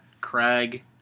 craig